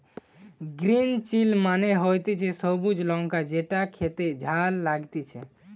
green chilli মানে হতিছে সবুজ লঙ্কা যেটো খেতে ঝাল লাগতিছে